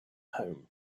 home